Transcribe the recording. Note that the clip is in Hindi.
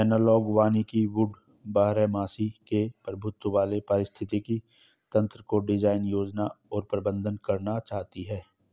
एनालॉग वानिकी वुडी बारहमासी के प्रभुत्व वाले पारिस्थितिक तंत्रको डिजाइन, योजना और प्रबंधन करना चाहती है